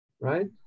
Right